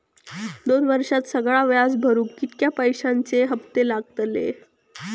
दोन वर्षात सगळा व्याज भरुक कितक्या पैश्यांचे हप्ते लागतले?